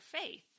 faith